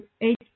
eight